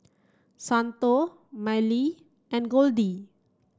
Santo Mylee and Goldie